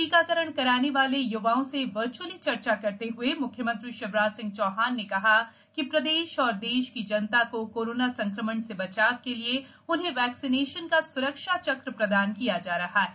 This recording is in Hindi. टीकाकरण कराने वाले य्वाओं से वर्च्अली चर्चा करते हए मुख्यमंत्री शिवराज सिंह चौहान ने कहा कि प्रदेश एवं देश की जनता को कोरोना संक्रमण से बचाव के लिए उन्हें वैक्सीनेशन का स्रक्षा चक्र प्रदान किया जा रहा है